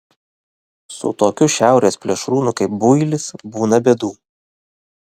su tokiu šiaurės plėšrūnu kaip builis būna bėdų